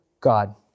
God